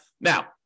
Now